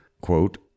quote